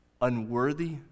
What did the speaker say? unworthy